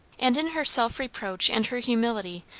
and in her self-reproach and her humility,